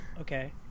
okay